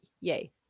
Yay